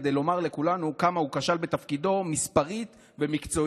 כדי לומר לכולנו כמה הוא כשל בתפקידו מספרית ומקצועית,